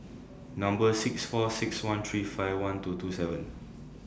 Number six four six one three five one two two seven